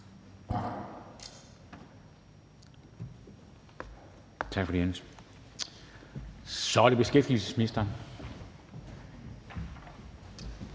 bemærkninger. Så er det beskæftigelsesministeren.